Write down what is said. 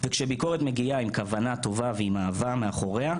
וכשביקורת מגיעה עם כוונה טובה ועם אהבה מאחוריה,